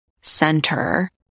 center